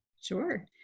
Sure